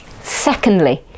secondly